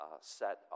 set